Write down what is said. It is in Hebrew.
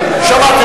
שמעתי,